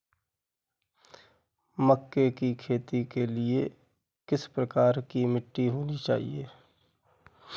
मक्के की खेती के लिए किस प्रकार की मिट्टी होनी चाहिए?